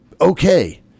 Okay